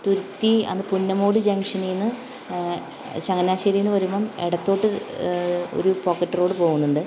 തുരിത്തി അത് പുന്നമോഡ് ജങ്ഷനീന്ന് ചങ്ങനാശ്ശേരീന്ന് വരുമ്പം ഇടത്തോട്ട് ഒരു പോക്കറ്റ് റോഡ് പോകുന്നുണ്ട്